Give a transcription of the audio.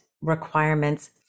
requirements